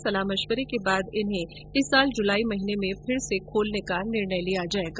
सलाह मश्विरे के बाद इन्हे इस साल जुलाई महीने में इन्हें फिर से खोलने का निर्णय लिया जाएगा